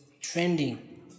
trending